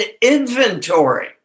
inventory